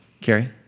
Carrie